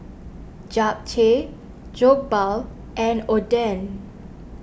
Japchae Jokbal and Oden